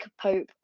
Pope